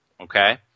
Okay